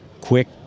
quick